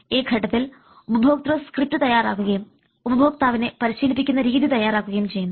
ഈ ഘട്ടത്തിൽ ഉപഭോക്തൃ സ്ക്രിപ്റ്റ് തയ്യാറാക്കുകയും ഉപഭോക്താവിനെ പരിശീലിപ്പിക്കുന്ന രീതി തയ്യാറാക്കുകയും ചെയ്യുന്നു